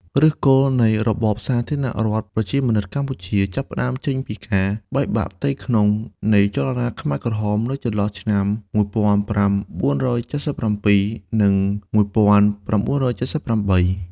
ឫសគល់នៃរបបសាធារណរដ្ឋប្រជាមានិតកម្ពុជា ចាប់ផ្តើមចេញពីការបែកបាក់ផ្ទៃក្នុងនៃចលនាខ្មែរក្រហមនៅចន្លោះឆ្នាំ ១៩៧៧ និង ១៩៧៨។